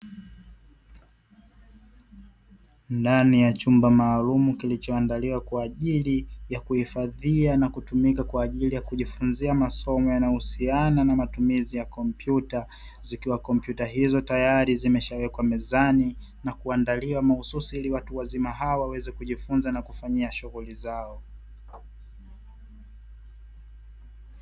Ndani ya chumba maalum kilichoandaliwa kwa ajili ya kuhifadhia na kutumika kwa ajili ya kujifunza masomo yanayohusiana na matumizi ya kompyuta, zikiwa kompyuta hizo tayari zimeshawekwa mezani na kuandaliwa mahususi ili watu wazima hao waweze kujifunza na kufanyia shughuli zao.